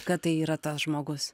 kad tai yra tas žmogus